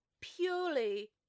purely